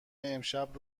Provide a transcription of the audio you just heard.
امشب